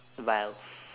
vilf